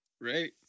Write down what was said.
Right